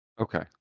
Okay